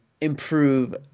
improve